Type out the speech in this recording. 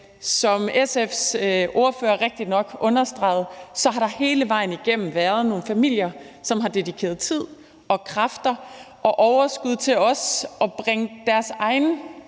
Som SF's ordfører rigtigt nok understregede, har der hele vejen igennem været nogle familier, som har dedikeret deres tid, kræfter og overskud til også at bringe deres egne